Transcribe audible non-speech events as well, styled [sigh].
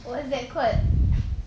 [noise]